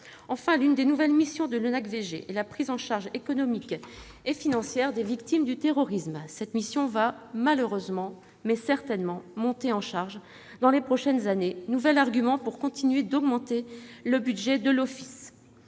Enfin, l'une des nouvelles missions de l'ONAC-VG est la prise en charge économique et financière des victimes du terrorisme. Cette mission va malheureusement- mais certainement -monter en charge dans les prochaines années, nouvel argument en faveur d'une augmentation du budget de l'Office.